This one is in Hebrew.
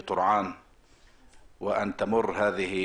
פשיעה ומיגור האלימות